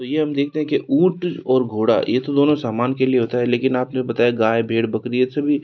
तो यह हम देखते हैं कि ऊँट और घोड़ा यह तो दोनों सामान के लिए होता है लेकिन आपने बताया गाय भेड़ बकरी यह तो सभी